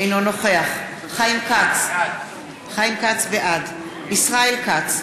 אינו נוכח חיים כץ, בעד ישראל כץ,